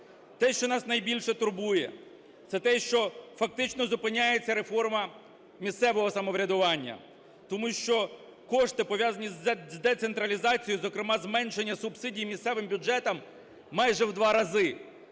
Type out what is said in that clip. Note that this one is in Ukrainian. Те, що нас найбільше турбує, це те, що фактично зупиняється реформа місцевого самоврядування, тому що кошти, пов'язані з децентралізацією, зокрема зменшення субсидій місцевим бюджетам майже в 2 рази,